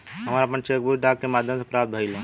हमरा आपन cheque book डाक के माध्यम से प्राप्त भइल ह